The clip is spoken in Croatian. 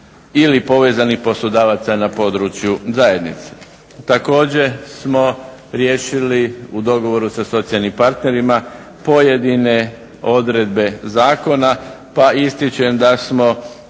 ili povezanih poslodavaca na području zajednice. Također smo riješili u dogovoru sa socijalnim partnerima pojedine odredbe zakona, pa ističem da smo